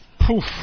Poof